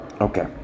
okay